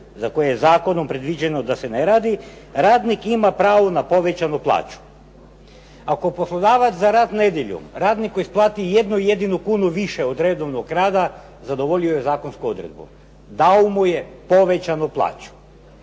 za koje je zakonom predviđeno da se ne radi, radnik ima pravo na povećanu plaću. Ako poslodavac za rad nedjeljom radniku isplati jednu jedinu kunu više od redovnog rada zadovoljio je zakonsku odredbu. Dao mu je povećanu plaću.